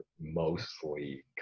mostly